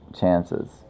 chances